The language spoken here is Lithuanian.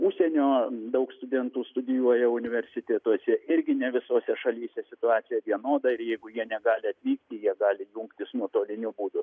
užsienio daug studentų studijuoja universitetuose irgi ne visose šalyse situacija vienoda ir jeigu jie negali atvykti jie gali jungtis nuotoliniu būdu